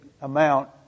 amount